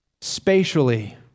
spatially